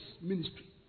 ministry